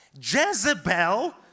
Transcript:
Jezebel